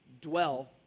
dwell